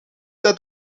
dat